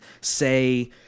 say